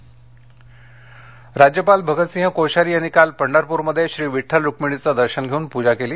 राज्यपाल राज्यपाल भगत सिंह कोश्यारी यांनी काल पंढरपूरमध्ये श्री विठ्ठल रुक्मिणीचं दर्शन घेऊन पूजा केली